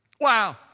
Wow